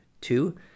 two